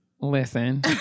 Listen